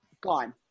Gone